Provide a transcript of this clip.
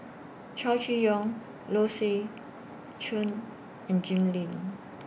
Chow Chee Yong Low Swee Chen and Jim Lim